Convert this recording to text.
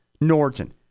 Norton